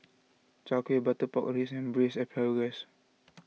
Chai Kueh Butter Pork reason Braised Asparagus